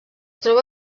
troba